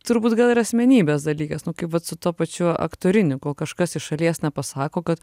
turbūt gal ir asmenybės dalykas nu vat su tuo pačiu aktoriniu kažkas iš šalies nepasako kad